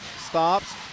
stops